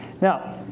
Now